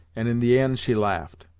and in the end she laughed.